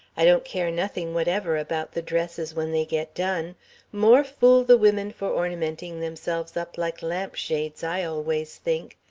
i don't care nothing whatever about the dresses when they get done more fool the women for ornamenting themselves up like lamp shades, i always think.